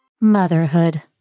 Motherhood